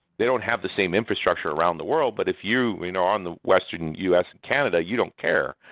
they don't have the same infrastructure around the world, but if you you know on the western u s. canada, you don't care.